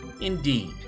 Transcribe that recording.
Indeed